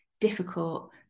difficult